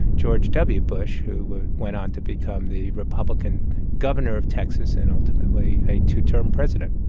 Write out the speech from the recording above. george w. bush who went on to become the republican governor of texas and ultimately a two-term president.